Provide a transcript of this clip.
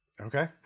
Okay